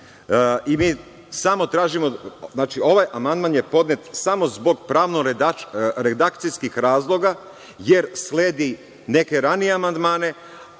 Predloga zakona. Ovaj amandman je podnet samo zbog pravno-redakcijskih razloga, jer sledi neke ranije amandmane,